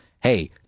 hey